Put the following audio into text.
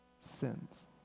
sins